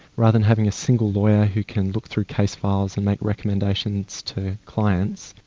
rather than having a single lawyer who can look through case files and make recommendations to clients,